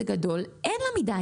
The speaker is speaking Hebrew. אין לה מידה,